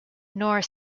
nor